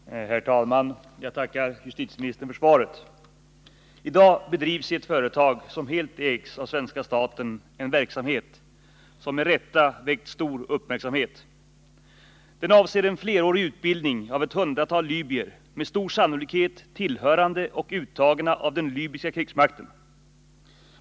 Herr talman! Jag tackar — som ersättare för Olle Wästberg i Stockholm — justitieministern för svaret. I dag bedrivs i ett företag, som helt ägs av staten, en verksamhet som med rätta väckt stor uppmärksamhet. Den avser en flerårig utbildning av ett hundratal libyer — med stor sannolikhet tillhörande och uttagna av den libyska krigsmakten.